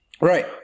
Right